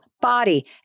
body